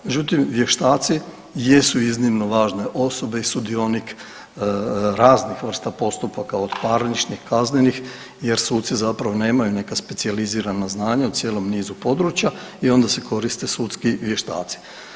Međutim, vještaci jesu iznimno važne osobe i sudionik raznih vrsta postupaka od parničnih i kaznenih jer suci zapravo nemaju neka specijalizirana znanja u cijelom nizu područja i onda se koriste sudski vještaci.